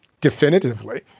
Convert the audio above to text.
definitively